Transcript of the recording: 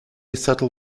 subtle